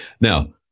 Now